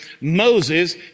Moses